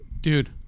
Dude